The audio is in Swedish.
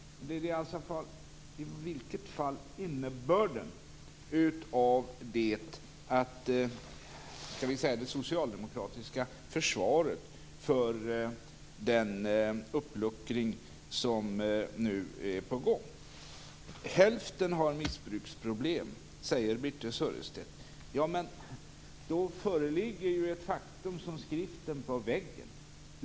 Det är i vilket fall innebörden av det socialdemokratiska försvaret för den uppluckring som nu är på gång. Hälften har missbruksproblem, säger Birthe Sörestedt. Då föreligger ju ett faktum som skriften på väggen.